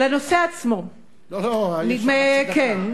לנושא עצמו, לא לא לא לא, יש לה חצי דקה.